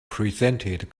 presented